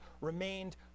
remained